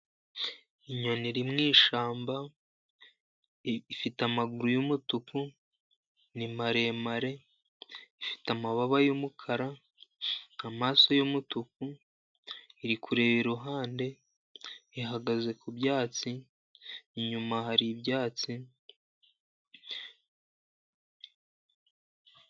Inyoni iri mu ishyamba. Ifite amaguru y'umutuku ni maremare. Ifite amababa y'umukara ,amaso y'umutuku iri kureba i ruhande, ihagaze ku byatsi. Inyuma hari ibyatsi.